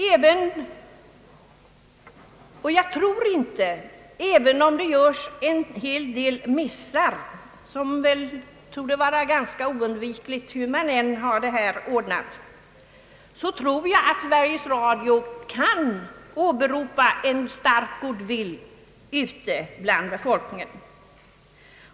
Även om det görs en hel del missar, som väl torde vara ganska oundvikliga hur man än har det ordnat, tror jag att Sveriges Radio kan åberopa en stark goodwill ute bland befolkningen.